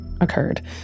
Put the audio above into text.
occurred